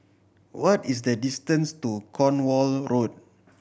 what is the distance to Cornwall Road